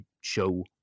show